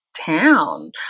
town